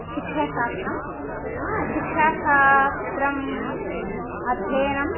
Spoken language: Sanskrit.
शिक्षाशास्त्रं शिक्षाशास्त्रम् अध्ययनं